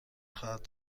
خواهد